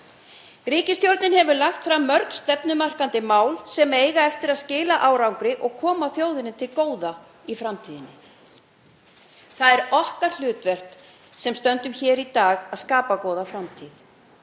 Ríkisstjórnin hefur lagt fram mörg stefnumarkandi mál sem eiga eftir að skila árangri og koma þjóðinni til góða í framtíðinni. Það er okkar hlutverk sem stöndum hér í dag að skapa góða framtíð.